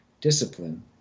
discipline